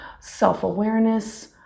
self-awareness